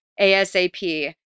ASAP